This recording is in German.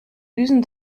düsen